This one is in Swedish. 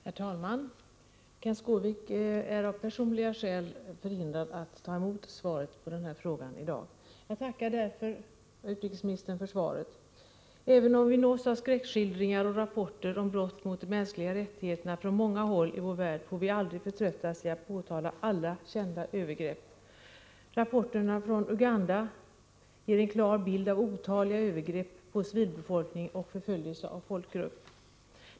Herr talman! Kenth Skårvik är av personliga skäl förhindrad att ta emot svaret på den här frågan i dag. Jag tackar därför utrikesministern för svaret. Även om vi nås av skräckskildringar och rapporter om brott mot de mänskliga rättigheterna från många håll i vår värld, får vi aldrig förtröttas i att påtala alla kända övergrepp. Rapporterna från Uganda ger en klar bild av otaliga övergrepp på civilbefolkningen och förföljelse av folkgrupp.